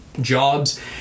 jobs